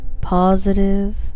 positive